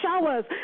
showers